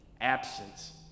absence